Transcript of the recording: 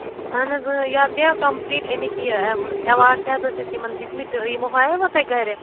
اَہَن حظ اۭں یتھ گیٛاو کَمپٔلیٖٹ اَمِکۍ یہِ ایواڑ تہِ حظ ٲسۍ اَسہِ یِمن دِتۍ مٕتۍ تہٕ یِمو ہاویو تۄہہِ پَتہٕ گرِ